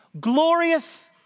glorious